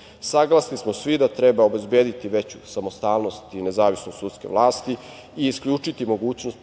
odluka. Saglasni smo svi da treba obezbediti veću samostalnost i nezavisnost sudske vlasti i isključiti mogućnost